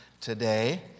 today